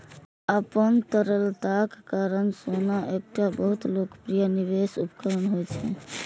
अपन तरलताक कारण सोना एकटा बहुत लोकप्रिय निवेश उपकरण होइ छै